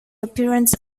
appearance